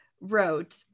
wrote